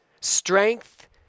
strength